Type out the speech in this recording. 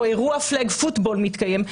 או אירוע פלאג פוטבול מתקיים,